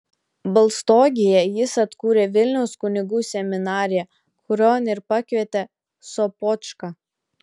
balstogėje jis atkūrė vilniaus kunigų seminariją kurion ir pakvietė sopočką